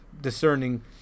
discerning